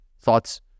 Thoughts